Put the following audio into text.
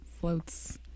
floats